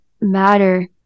matter